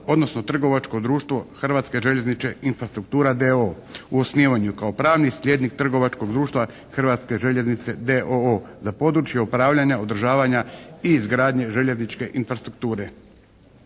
odnosno trgovačko društvo Hrvatske željeznice infrastruktura d.o.o. u osnivanju. Kao pravni slijednik trgovačkog društva Hrvatske željeznice d.o.o. za područje upravljanja, održavanja i izgradnje željezničke infrastrukture.